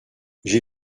j’ai